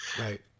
right